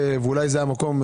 ואולי זה המקום,